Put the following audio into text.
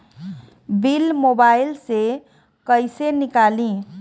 Bill mobile से कईसे निकाली?